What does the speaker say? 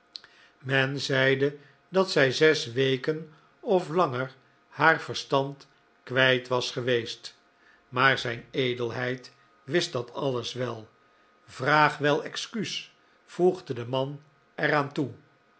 men zeide dat zij zes weken of langer haar verstand kwijt was geweest maar zijn edelheid wist dat alles wel vraag wel excuus voegde de man er aan toe